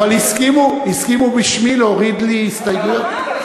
אבל הסכימו בשמי להוריד לי הסתייגויות.